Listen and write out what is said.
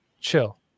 Chill